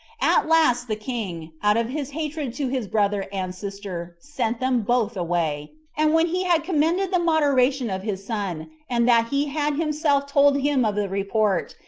at last the king, out of his hatred to his brother and sister, sent them both away and when he had commended the moderation of his son, and that he had himself told him of the report,